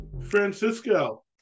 Francisco